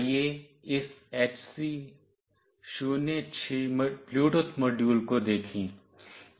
आइए इस HC 06 Bluetooth module को देखें